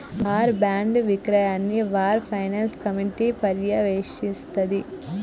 war బాండ్ల విక్రయాన్ని war finance committee పర్యవేక్షిస్తాంది